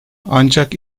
ancak